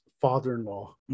father-in-law